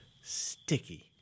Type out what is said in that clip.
Sticky